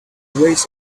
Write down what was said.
ways